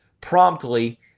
promptly